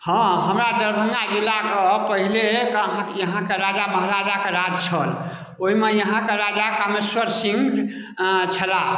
हँ हमरा दरभङ्गा जिलाके पहिले यहाँ राजा महाराजाके राज छल ओहिमे यहाँके राजा कामेश्वर सिंह छलाह